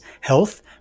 health